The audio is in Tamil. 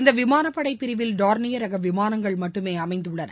இந்த விமானப் படை பிரிவில் டார்னியர் ரக விமானங்கள் மட்டுமே அமைந்துள்ளன